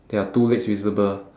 there are two legs visible